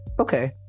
okay